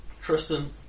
Tristan